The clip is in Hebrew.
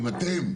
ואם אתם,